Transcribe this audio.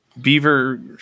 Beaver